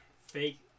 fake